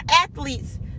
athletes